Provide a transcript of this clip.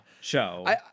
Show